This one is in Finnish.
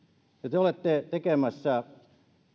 te olette tekemässä